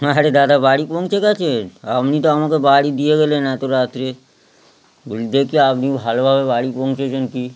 আরে দাদা বাড়ি পৌঁছে গেছেন আপনি তো আমাকে বাড়ি দিয়ে গেলেন এত রাত্রে বলি দেখি আপনি ভালোভাবে বাড়ি পৌঁছেছেন কি